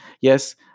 Yes